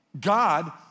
God